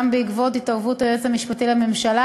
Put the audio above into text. גם בעקבות התערבות היועץ המשפטי לממשלה